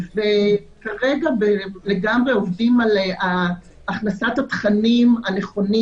כרגע לגמרי עובדים על הכנסת התכנים הנכונים